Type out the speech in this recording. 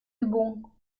übung